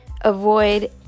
Avoid